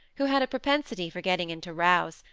who had a propensity for getting into rows,